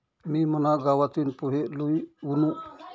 मी मना गावतीन पोहे लई वुनू